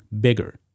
bigger